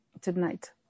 tonight